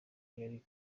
yari